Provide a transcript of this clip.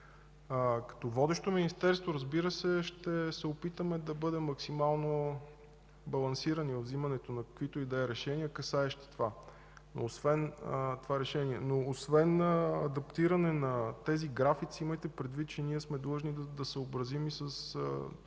Като водещо министерство ще се опитаме да бъдем максимално балансирани във вземането на каквито и да било решения, касаещи това. Освен адаптиране на тези графици, имайте предвид, че ние сме длъжни да се съобразим в